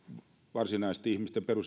varsinaisesti ihmisten